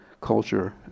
culture